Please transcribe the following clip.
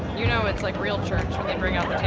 you know it's like real church when they bring out